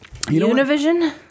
Univision